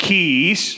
Keys